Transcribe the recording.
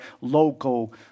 local